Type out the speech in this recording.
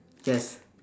yes